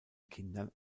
kindern